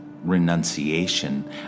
renunciation